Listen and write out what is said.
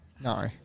No